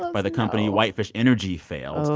by the company whitefish energy failed.